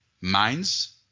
minds